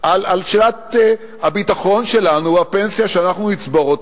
על שאלת הביטחון שלנו והפנסיה שאנחנו נצבור,